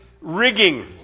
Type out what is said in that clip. rigging